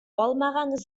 алмаган